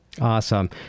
Awesome